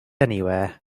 anywhere